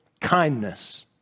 kindness